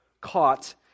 caught